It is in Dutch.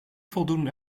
voldoen